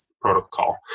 protocol